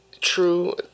true